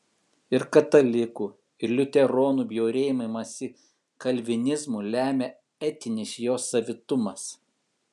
ir katalikų ir liuteronų bjaurėjimąsi kalvinizmu lemia etinis jo savitumas